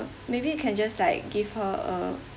maybe we can just like give her uh